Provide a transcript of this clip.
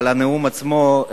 על הנאום עצמו,